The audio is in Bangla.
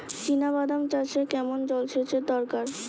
চিনাবাদাম চাষে কেমন জলসেচের দরকার?